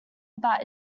about